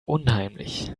unheimlich